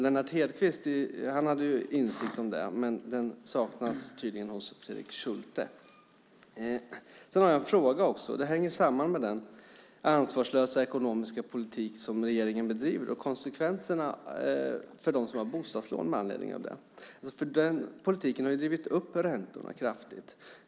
Lennart Hedquist hade insikt om detta, men den saknas tydligen hos Fredrik Schulte. Jag har en fråga också, och den hänger samman med den ansvarslösa ekonomiska politik som regeringen bedriver och konsekvenserna av den för dem som har bostadslån. Den politiken har drivit upp räntorna kraftigt.